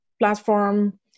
platform